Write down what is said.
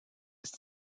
ist